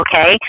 okay